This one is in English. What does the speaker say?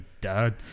dad